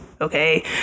okay